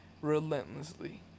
relentlessly